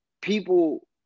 People